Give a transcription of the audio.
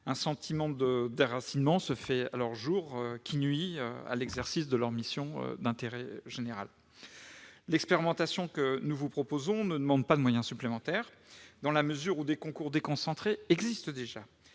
Un sentiment de déracinement se fait alors jour, qui nuit à l'exercice de leurs missions d'intérêt général. L'expérimentation que nous proposons ne requiert pas de moyens supplémentaires, dans la mesure où des concours déconcentrés existent déjà.